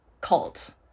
cult